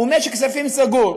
הוא משק כספים סגור.